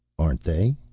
aren't they?